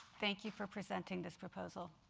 thank you for presenting this proposal.